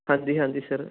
ਹਾਂਜੀ ਹਾਂਜੀ ਸਰ